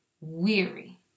weary